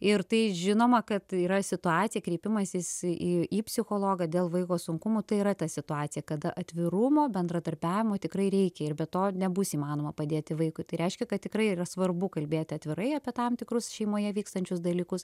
ir tai žinoma kad yra situacija kreipimasis į į psichologą dėl vaiko sunkumų tai yra ta situacija kada atvirumo bendradarbiavimo tikrai reikia ir be to nebus įmanoma padėti vaikui tai reiškia kad tikrai yra svarbu kalbėti atvirai apie tam tikrus šeimoje vykstančius dalykus